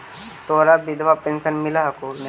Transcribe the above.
तोहरा विधवा पेन्शन मिलहको ने?